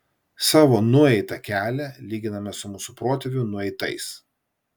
savo nueitą kelią lyginame su mūsų protėvių nueitais